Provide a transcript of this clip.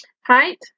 height